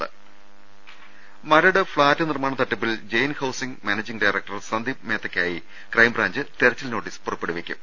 ദർവ്വഹി Maradu flat നിർമ്മാണ തട്ടിപ്പിൽ Jain housing managing director Sandeep മേത്തയ്ക്കായി ക്രൈംബ്രാഞ്ച് തെരച്ചിൽ നോട്ടീസ് പുറപ്പെ ടുവിക്കും